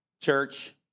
church